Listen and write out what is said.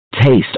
Taste